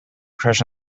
crush